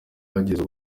uhageze